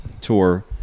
tour